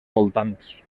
voltants